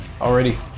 Already